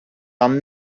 are